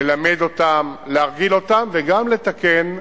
ללמד אותם, להרגיל אותם וגם לתקן,